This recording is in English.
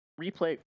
replay